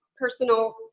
personal